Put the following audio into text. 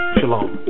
Shalom